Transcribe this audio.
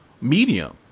medium